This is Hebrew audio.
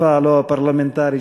בשפה הלא-פרלמנטרית,